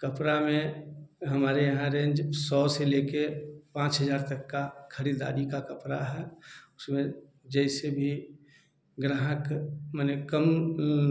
कपड़ा में हमारे यहाँ रेंज सौ से लेके के पाँच हजार तक का खरीदारी का कपड़ा है उसमें जैसे भी ग्राहक मने कम